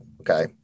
okay